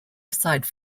aside